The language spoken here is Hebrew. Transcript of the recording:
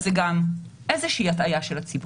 זו גם איזושהי הטעיה של הציבור.